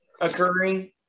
occurring